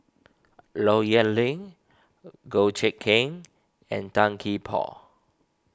Low Yen Ling Goh Kheng and Tan Gee Paw